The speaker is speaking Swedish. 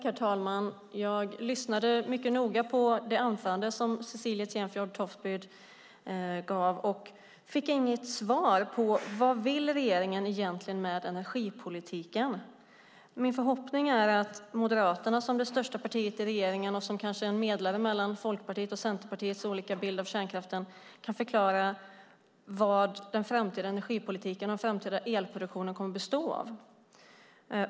Herr talman! Jag lyssnade mycket noga på det anförande som Cecilie Tenfjord-Toftby höll och fick inget svar på vad regeringen egentligen vill med energipolitiken. Min förhoppning är att Moderaterna, som det största partiet i regeringen och kanske som en medlare mellan Folkpartiets och Centerpartiets olika bild av kärnkraften, kan förklara vad den framtida energipolitiken och den framtida elproduktionen kommer att bestå av.